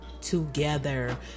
together